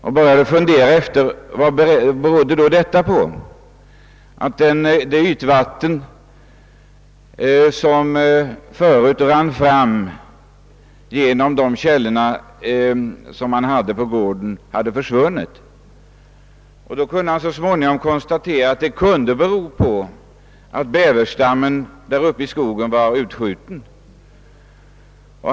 Han började fundera över vad detta berodde på. Det ytvatten som förut rann fram genom de källor, som han hade på gården, hade alltså försvunnit. Så småningom kunde han konstatera att det kunde bero på att bäverstammen där uppe i skogen var utskjuten.